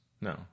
No